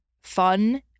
fun